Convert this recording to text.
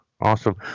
awesome